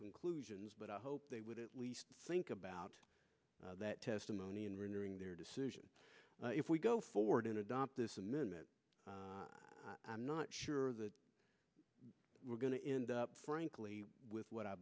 conclusions but i hope they would at least think about that testimony and renewing their decision if we go forward and adopt this amendment i'm not sure that we're going to end up frankly with what i